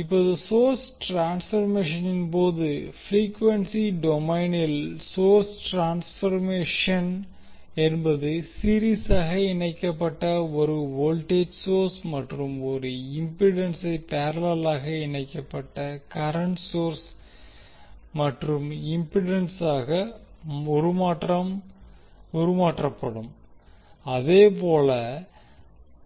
இப்போது சோர்ஸ் டிரான்ஸ்பர்மேஷனின் போது ப்ரீக்வென்சி டொமைனில் சோர்ஸ் ட்ரான்ஸ்பர்மேஷன் என்பது சீரிஸாக இணைக்கப்பட்ட ஒரு வோல்டேஜ் சோர்ஸ் மற்றும் ஒரு இம்பிடென்ஸை பேர்லெளாக இணைக்கப்பட்ட கரண்ட் சோர்ஸ் மற்றும் இம்பிடேன்ஸாக உருமாற்றப்படும் அதேபோல